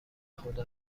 خدا